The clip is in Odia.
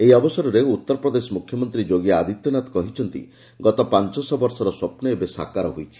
ଏହି ଅବସରରେ ଉତ୍ତରପ୍ରଦେଶ ମୁଖ୍ୟମନ୍ତ୍ରୀ ଯୋଗୀ ଆଦିତ୍ୟନାଥ କହିଛନ୍ତି ଗଗତ ପାଞ୍ଚଶହ ବର୍ଷର ସ୍ୱପ୍ନ ଏବେ ସାକାର ହୋଇଛି